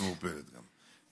ומעורפלת גם.